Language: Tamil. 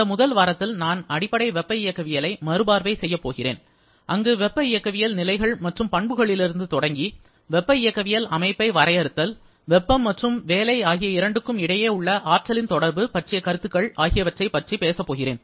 இந்த முதல் வாரத்தில் நான் அடிப்படை வெப்ப இயக்கவியலை மறுபார்வை செய்யப் போகிறேன் அங்கு வெப்ப இயக்கவியல் நிலைகள் மற்றும் பண்புகளிலிருந்து தொடங்கி வெப்ப இயக்கவியல் அமைப்பை வரையறுத்தல் வெப்பம் மற்றும் வேலை ஆகிய இரண்டுக்கும் இடையே உள்ள ஆற்றலின் தொடர்பு பற்றிய கருத்துக்கள் ஆகியவற்றை பற்றி பேசப்போகிறேன்